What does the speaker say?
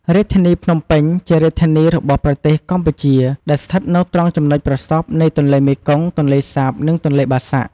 រាជធានីភ្នំពេញ ជារាជធានីរបស់ប្រទេសកម្ពុជា ដែលស្ថិតនៅត្រង់ចំណុចប្រសព្វនៃទន្លេមេគង្គ ទន្លេសាប និងទន្លេបាសាក់។